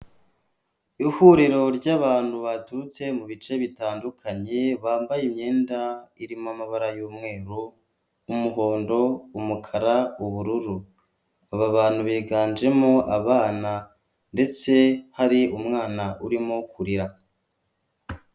Ihuriro ry'abantu baturutse mu bice bitandukanye, bambaye imyenda irimo amabara y'umweru, umuhondo, umukara, ubururu. Aba bantu biganjemo abana ndetse hari umwana urimo kurira.